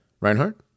Reinhardt